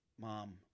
mom